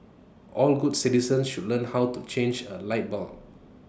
all good citizens should learn how to change A light bulb